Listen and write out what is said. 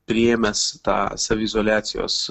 priėmęs tą saviizoliacijos